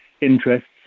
interests